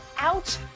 ouch